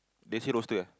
basic roster eh